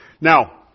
Now